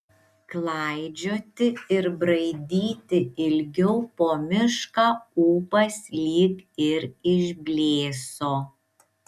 klaidžioti ir braidyti ilgiau po mišką ūpas lyg ir išblėso